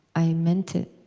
i meant it.